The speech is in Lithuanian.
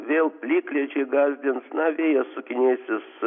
vėl plikledžiai gąsdins na vėjas sukinėsis